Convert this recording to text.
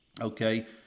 Okay